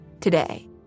today